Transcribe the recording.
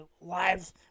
lives